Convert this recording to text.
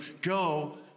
go